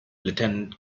lieutenant